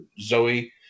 Zoe